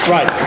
Right